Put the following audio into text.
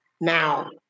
Now